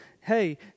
hey